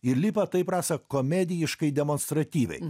ir lipa taip rasa komedijiškai demonstratyviai